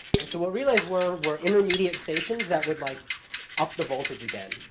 and so what relays were were intermediate stations that would like up the voltage again.